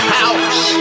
house